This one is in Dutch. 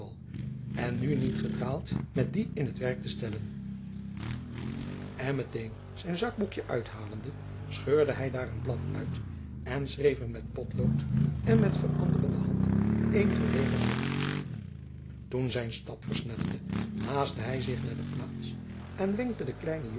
en nu niet gedraald met dien in t werk te stellen en met een zijn zakboekjen uithalende scheurde hy daar een blad uit en schreef er met potlood en met veranderde hand eenige regels op toen zijn stap versnellende haastte hy zich naar de plaats en wenkte den kleinen